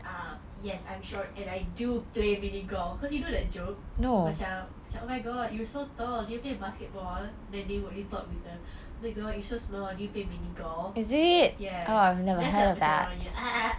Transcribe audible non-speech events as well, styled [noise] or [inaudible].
ah yes I'm short and I do play mini golf you know that joke macam macam oh my god you so tall do you play basketball then they would retort with a oh my god you so small do you play mini golf yes dia macam [noise]